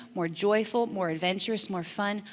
more joyful, more adventurous, more fun,